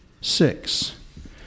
six